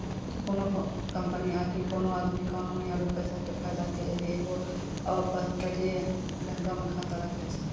कोनो कंपनी आकि कोनो आदमी कानूनी आरु पैसा के फायदा के लेली एगो अपतटीय बैंको मे खाता राखै छै